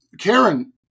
Karen